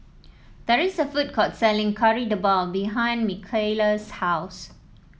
there is a food court selling Kari Debal behind Mikaila's house